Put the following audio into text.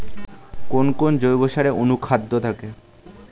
কোন কোন জৈব সারে অনুখাদ্য থাকে?